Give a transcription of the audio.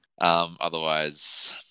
Otherwise